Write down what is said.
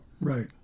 Right